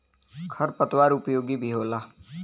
खर पतवार उपयोगी भी होला